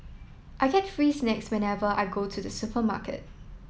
I get free snacks whenever I go to the supermarket